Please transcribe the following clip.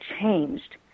changed